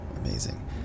amazing